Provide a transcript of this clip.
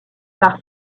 par